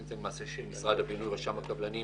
זה למעשה של משרד הבינוי ורשם הקבלנים.